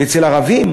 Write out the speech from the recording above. ואצל הערבים